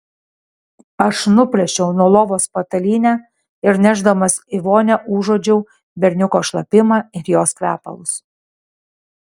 aš nuplėšiau nuo lovos patalynę ir nešdamas į vonią užuodžiau berniuko šlapimą ir jos kvepalus